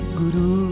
guru